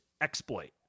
exploit